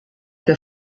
que